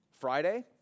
Friday